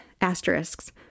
asterisks